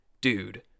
dude